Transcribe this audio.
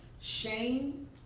shame